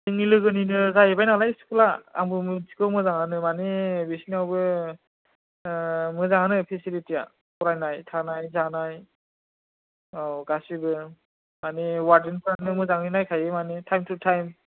जोंनि लोगोनिनो जाहैबाय नालाय स्कुला आंबो मिथिगौ मोजाङानो मानि बिसिनावबो मोजांआनो फिसिलिथिया फरायनाय थानाय जानाय औ गासिबो मानि वारदेनफोरानो मोजांंङै नायखायो मानि टायेम तु टायेम